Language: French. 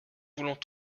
voulons